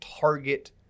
target